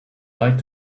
lied